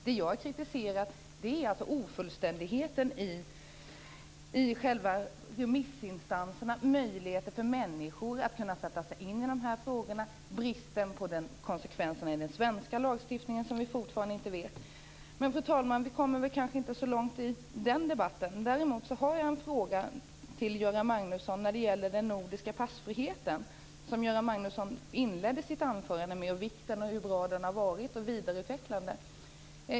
Det som jag kritiserar är ofullständigheten i själva remissinstanserna, möjligheten för människor att kunna sätta sig in i de här frågorna och bristen på konsekvenser i den svenska lagstiftningen, som vi ännu inte vet något om. Fru talman! Vi kommer väl kanske inte så långt i den debatten. Däremot har jag en fråga till Göran Magnusson när det gäller den nordiska passfriheten, som Göran Magnusson inledde sitt anförande med att tala om. Han talade om vikten av den, hur bra den har varit och om vidareutvecklandet.